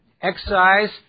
Excise